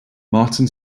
martin